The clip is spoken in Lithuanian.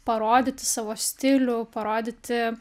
parodyti savo stilių parodyti